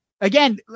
Again